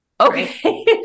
Okay